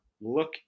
look